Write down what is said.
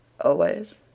Always